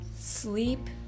sleep